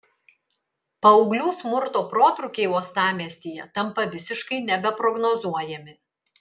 paauglių smurto protrūkiai uostamiestyje tampa visiškai nebeprognozuojami